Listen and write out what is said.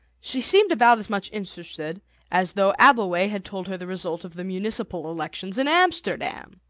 she seemed about as much interested as though abbleway had told her the result of the municipal elections in amsterdam.